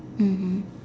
mmhmm